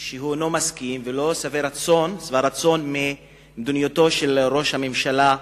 שהוא לא מסכים ולא שבע רצון ממדיניותו של ראש הממשלה נתניהו,